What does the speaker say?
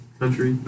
country